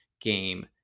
game